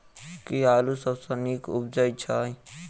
केँ आलु सबसँ नीक उबजय छै?